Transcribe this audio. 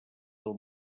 del